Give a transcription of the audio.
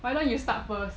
why don't you start first